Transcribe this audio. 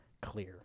clear